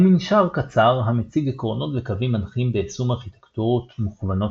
מנשר קצר המציג עקרונות וקווים מנחים ביישום ארכיטקטורות מוכוונות